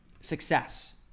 success